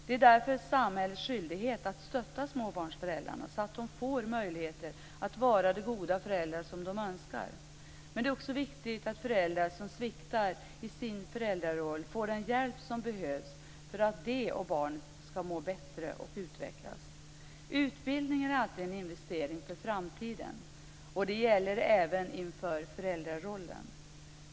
Det är därför samhällets skyldighet att stötta småbarnsföräldrarna så att de får möjligheter att vara de goda föräldrar de önskar. Men det är också viktigt att föräldrar som sviktar i sin föräldraroll får den hjälp som behövs för att de och barnet skall må bra och utvecklas. Utbildning är alltid en investering för framtiden, och det gäller även inför föräldrarollen.